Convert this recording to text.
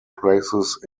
places